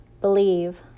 Believe